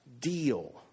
deal